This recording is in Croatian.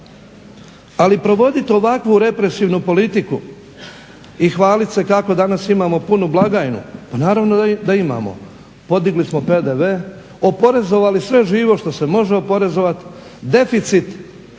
Ali provoditi ovakvu represivnu politiku i hvalit se kako danas imamo punu blagajnu. Pa naravno da imamo. Podigli smo PDV, oporezovali sve živo što se može oporezovati, deficit